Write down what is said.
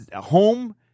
home